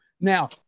Now